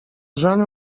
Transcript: zona